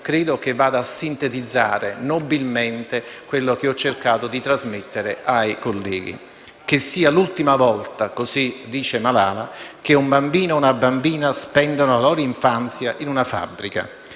credo vada a sintetizzare nobilmente quello che ho cercato di trasmettere ai colleghi: che sia l'ultima volta - così dice Malala - che un bambino o una bambina spendono la loro infanzia in una fabbrica,